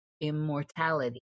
immortality